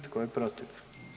Tko je protiv?